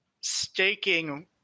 staking